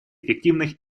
эффективных